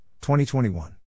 2021